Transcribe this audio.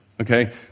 Okay